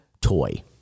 toy